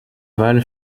vale